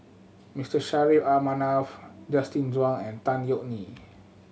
Mister Saffri A Manaf Justin Zhuang and Tan Yeok Nee